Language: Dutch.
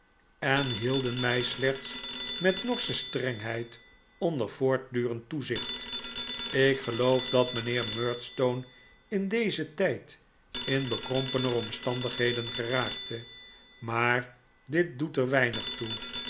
en hielden mij slechts met norsche strengheid onder voortdurend toezicht ik geloof dat mijnheer murdstone in dezen tijd in bekrompener omstandigheden geraakte maar dit doet er weinig toe